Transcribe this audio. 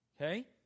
okay